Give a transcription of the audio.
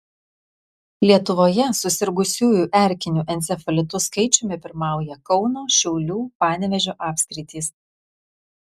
lietuvoje susirgusiųjų erkiniu encefalitu skaičiumi pirmauja kauno šiaulių panevėžio apskritys